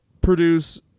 produce